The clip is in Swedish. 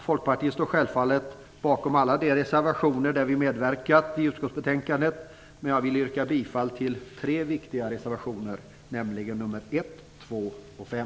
Folkpartiet står självfallet bakom alla de reservationer där vi medverkat i utskottsbetänkandet, men jag vill yrka bifall till tre viktiga reservationer, nämligen 1, 2 och 5.